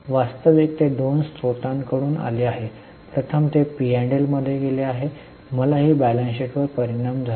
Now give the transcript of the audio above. वास्तविक ते 2 स्त्रोतांकडून आलेः प्रथम ते पी व एल मध्ये दिले गेले याचा मलाही ताळेबंदावर काही परिणाम झाला